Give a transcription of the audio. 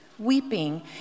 weeping